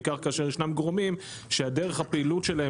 בעיקר כאשר ישנם גורמים שדרך הפעילות שלהם